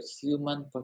human